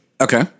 Okay